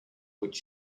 which